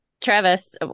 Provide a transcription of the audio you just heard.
Travis